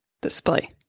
display